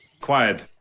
Quiet